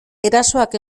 erasoak